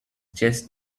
chest